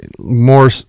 more